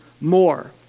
more